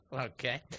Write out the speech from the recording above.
Okay